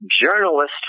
journalist